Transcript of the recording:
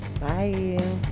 Bye